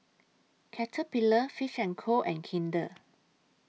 Caterpillar Fish and Co and Kinder